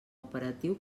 operatiu